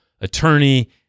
attorney